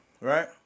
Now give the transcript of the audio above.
right